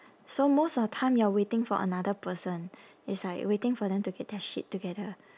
so most of the time you're waiting for another person it's like waiting for them to get their shit together